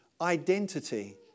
identity